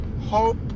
Hope